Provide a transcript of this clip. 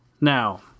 Now